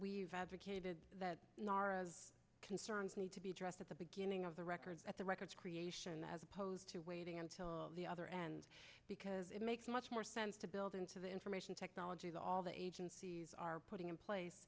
we've advocated that concerns need to be addressed at the beginning of the record at the records creation as opposed to waiting until the other end because it makes much more sense to build into the information technology that all the agencies are putting in place